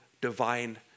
divine